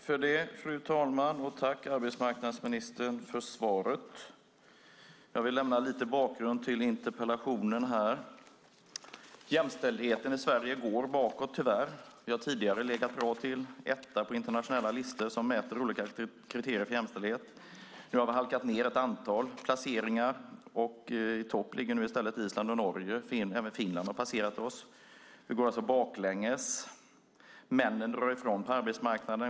Fru talman! Jag tackar arbetsmarknadsministern för svaret. Jag vill ge en bakgrund till interpellationen. Jämställdheten i Sverige går tyvärr bakåt. Vi har tidigare legat bra till. Vi låg på första plats på internationella listor som mäter olika kriterier för jämställdhet. Nu har vi halkat ned ett antal placeringar. I topp ligger nu i stället Island och Norge. Även Finland har passerat oss. Vi går alltså bakåt. Männen drar ifrån på arbetsmarknaden.